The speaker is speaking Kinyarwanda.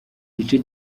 gice